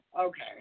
Okay